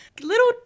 little